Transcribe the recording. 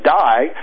die